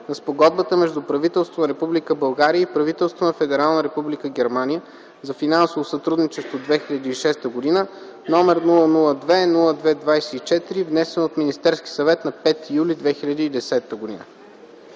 на Спогодбата между правителството на Република България и правителството на Федерална република Германия за финансово сътрудничество (2006 г.), № 002-02-24, внесен от Министерския съвет на 5 юли 2010 г.”